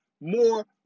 more